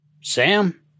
Sam